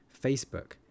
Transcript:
Facebook